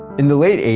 in the late eighty